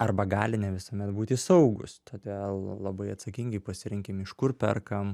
arba gali ne visuomet būti saugūs todėl labai atsakingai pasirinkim iš kur perkam